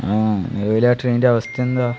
ആ അതുപോലെ ആ ട്രെയിനിൻ്റെ അവസ്ഥ എന്താ